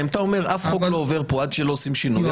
אם אתה אומר שאף חוק לא עובר פה עד שעושים שינוי,